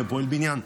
כפועל בניין.